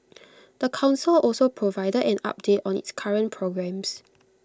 the Council also provided an update on its current programmes